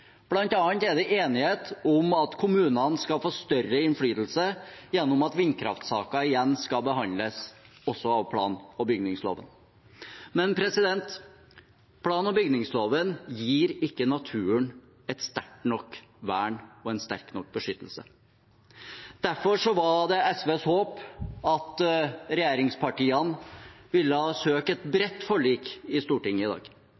er det enighet om at kommunene skal få større innflytelse gjennom at vindkraftsaken igjen skal behandles også i plan- og bygningsloven. Men plan- og bygningsloven gir ikke naturen et sterkt nok vern og en sterk nok beskyttelse. Derfor var det SVs håp at regjeringspartiene ville ha søkt et bredt forlik i Stortinget i dag,